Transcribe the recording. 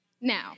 Now